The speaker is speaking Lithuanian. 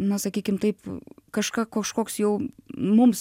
na sakykim taip kažką kažkoks jau mums